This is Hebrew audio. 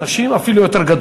נשים אפילו יותר.